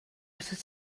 atat